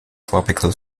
tropical